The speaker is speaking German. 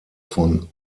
von